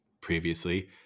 previously